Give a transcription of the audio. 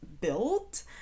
built